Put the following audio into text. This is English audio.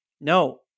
No